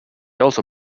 also